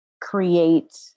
create